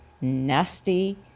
nasty